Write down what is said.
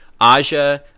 Aja